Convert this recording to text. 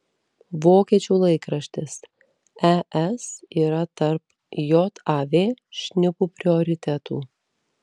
vokiečių laikraštis es yra tarp jav šnipų prioritetų